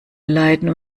leiden